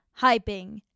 hyping